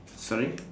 sorry